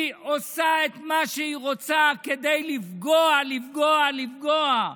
היא עושה מה שהיא רוצה, כדי לפגוע, לפגוע, לפגוע,